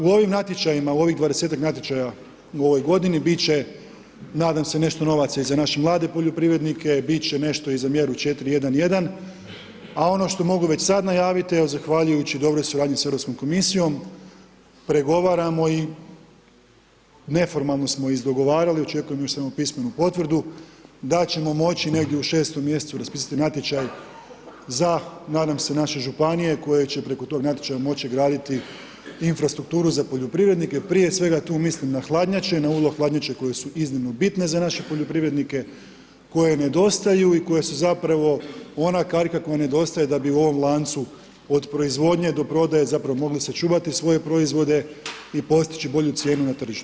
U ovim natječajima, u ovih 20-tak natječaja u ovoj godini, biti će, nadam se i nešto novaca i za naše mlade poljoprivrednike, biti će nešto i za mjeru 4.1.1. a ono što mogu već sada najaviti, evo, zahvaljujući dobroj suradnji sa Europskom komisijom, pregovaramo i o, neformalno smo izdogovarali, očekujemo još samo pismenu potvrdu, da ćemo moći negdje u 6. mj. raspisati natječaj za nadam se naše županije, koje će preko toga natječaja moći graditi infrastrukturu, za poljoprivrednike, prije svega tu mislim na hladnjače, na … koje su iznimno bitne za naše poljoprivrednike, koje nedostaju i koje su zapravo ona karika koja nedostaje da bi u ovom lancu od proizvodnje do prodaje zapravo mogli sačuvati svoje proizvode i postići bolju cijenu na tržištu.